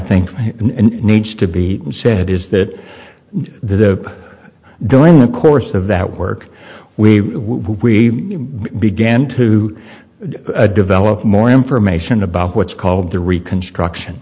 think needs to be said is that the during the course of that work we we began to develop more information about what's called the reconstruction